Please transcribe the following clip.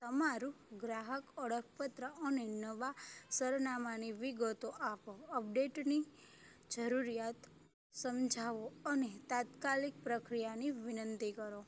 તમારું ગ્રાહક ઓળખપત્ર અને નવાં સરનામાની વિગતો આપો અપડેટની જરૂરિયાત સમજાવો અને તાત્કાલિક પ્રક્રિયાની વિનંતી કરો